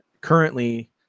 currently